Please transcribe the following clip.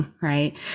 Right